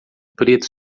preto